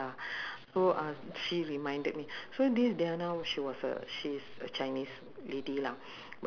the place the place uh macam because very unique it's uh the old architecture